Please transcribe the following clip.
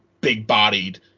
big-bodied